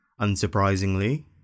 Unsurprisingly